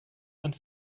and